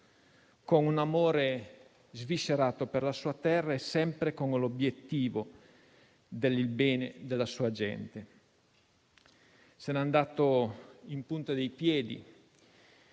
con un amore sviscerato per la sua terra e sempre con l'obiettivo del bene della sua gente. Se n'è andato in punta di piedi,